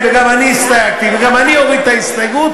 וגם אני הסתייגתי וגם אני אוריד את ההסתייגות,